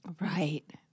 Right